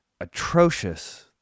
atrocious